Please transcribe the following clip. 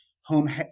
home